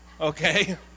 okay